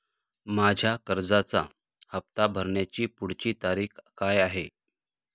माझ्या कर्जाचा हफ्ता भरण्याची पुढची तारीख काय आहे?